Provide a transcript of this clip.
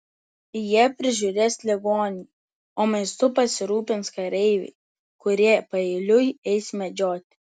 jie prižiūrės ligonį o maistu pasirūpins kareiviai kurie paeiliui eis medžioti